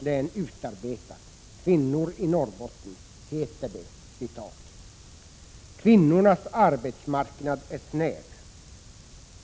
har utarbetat, ”Kvinnor i Norrbotten”, heter det: ”Kvinnornas arbetsmarknad är snäv.